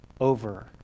over